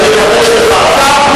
אז אני אחדש לך,